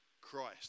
Christ